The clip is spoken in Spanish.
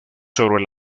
sobre